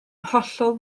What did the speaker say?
hollol